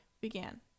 began